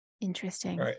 Interesting